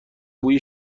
بوی